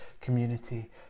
Community